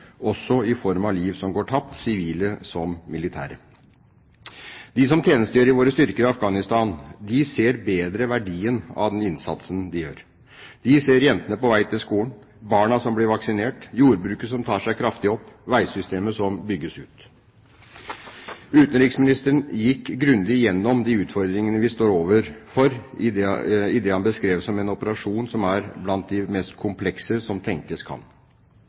også i form av liv som går tapt, sivile som militære. De som tjenestegjør i våre styrker i Afghanistan, ser bedre verdien av den innsatsen de gjør. De ser jentene på vei til skolen, barna som blir vaksinert, jordbruket som tar seg kraftig opp, og veisystemet som bygges ut. Utenriksministeren gikk grundig igjennom de utfordringene vi står overfor i det han beskrev som en operasjon som er blant de mest komplekse som tenkes kan.